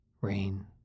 rain